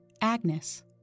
Agnes